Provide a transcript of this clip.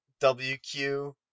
WQ